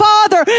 Father